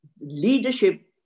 leadership